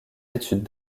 études